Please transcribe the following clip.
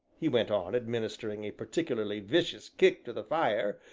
he went on, administering a particularly vicious kick to the fire,